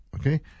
Okay